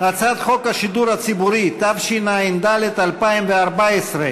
הצעת חוק השידור הציבורי, התשע"ד 2014,